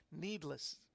needless